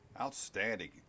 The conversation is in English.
Outstanding